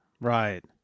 Right